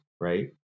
Right